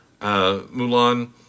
Mulan